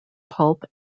pulp